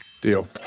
Deal